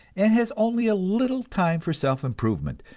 and has only a little time for self-improvement,